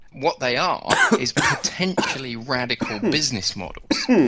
what they are is potentially radical business models,